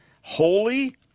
holy